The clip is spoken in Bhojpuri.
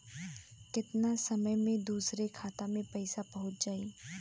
केतना समय मं दूसरे के खाता मे पईसा पहुंच जाई?